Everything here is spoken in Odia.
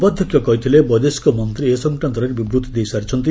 ଉପାଧ୍ୟକ୍ଷ କହିଥିଲେ ବୈଦେଶିକ ମନ୍ତ୍ରୀ ଏ ସଂକ୍ରାନ୍ତରେ ବିବୃତ୍ତି ଦେଇ ସାରିଛନ୍ତି